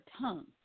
Tongue